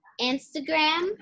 Instagram